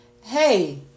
hey